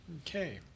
Okay